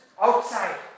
outside